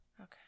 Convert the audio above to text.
Okay